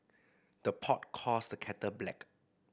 the pot calls the kettle black